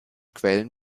quellen